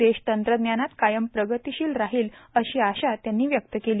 देश तंत्रज्ञानात कायम प्रगतीशिल राहील अशी आशा त्यांनी व्यक्त केली